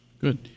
Good